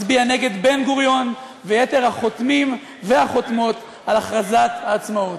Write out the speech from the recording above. מצביע נגד בן-גוריון ויתר החותמים והחותמות על הכרזת העצמאות.